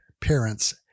parents